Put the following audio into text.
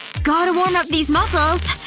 gotta warm up these muscles.